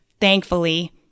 thankfully